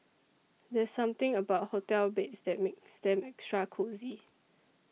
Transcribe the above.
there's something about hotel beds that makes them extra cosy